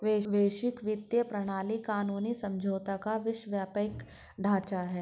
वैश्विक वित्तीय प्रणाली कानूनी समझौतों का विश्वव्यापी ढांचा है